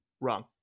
Wrong